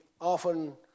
often